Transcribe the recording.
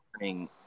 learning